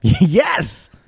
Yes